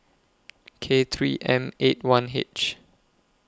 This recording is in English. K three M eight one H